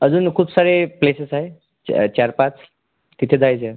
अजून खूप सारे प्लेसेस् आहे च चार पाच तिथे जायचं आहे